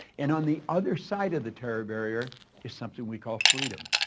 and on the other side of the terror barrier is something we call freedom.